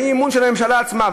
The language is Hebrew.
מהאי-אמון של הממשלה עצמה.